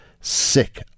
sick